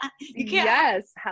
yes